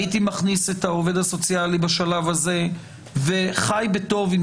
הייתי מכניס את העובד הסוציאלי בשלב הזה וחי בטוב עם